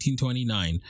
1929